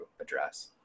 address